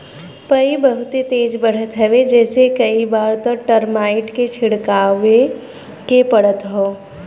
पई बहुते तेज बढ़त हवे जेसे कई बार त टर्माइट के छिड़कवावे के पड़त हौ